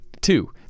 two